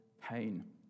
pain